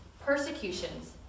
persecutions